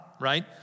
right